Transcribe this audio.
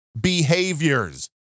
behaviors